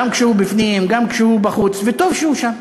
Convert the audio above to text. גם כשהוא בפנים, גם כשהוא בחוץ, וטוב שהוא שם,